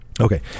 okay